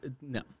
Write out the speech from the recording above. no